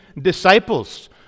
disciples